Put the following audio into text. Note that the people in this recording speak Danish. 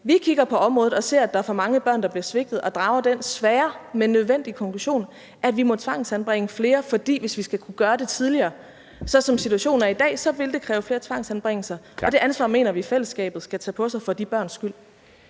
Vi kigger på området og ser, at der er for mange børn, der bliver svigtet, og vi drager den svære, men nødvendige konklusion, at vi må tvangsanbringe flere, for hvis vi skal kunne gøre det tidligere, vil det, som situationen er i dag, kræve flere tvangsanbringelser, og det ansvar mener vi fællesskabet skal tage på sig for de børns skyld.